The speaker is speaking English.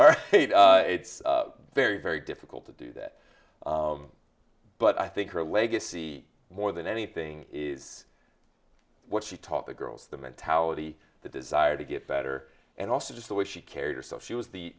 or it's very very difficult to do that but i think her legacy more than anything is what she taught the girls the mentality the desire to get better and also just the way she carried herself she was the